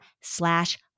slash